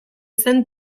zen